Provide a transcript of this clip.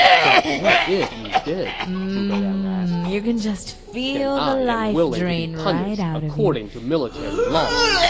but what if you did? zhuge liang asked then i am willing to be punished according to military law.